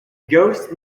ghost